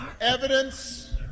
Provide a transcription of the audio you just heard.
Evidence